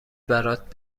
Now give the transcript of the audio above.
برات